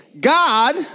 god